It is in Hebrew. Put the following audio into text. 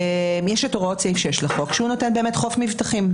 יש הוראות סעיף 6 לחוק שנותן באמת חוף מבטחים.